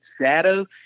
shadow